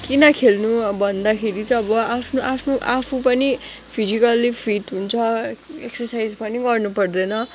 किन खेल्नु भन्दाखेरि चाहिँ अब आफ्नो आफ्नो आफू पनि फिजिकल्ली फिट हुन्छ एक्सारसाइज पनि गर्न पर्दैन